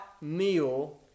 meal